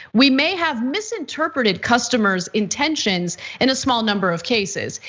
we may have misinterpreted customer's intentions in a small number of cases.